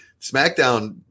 SmackDown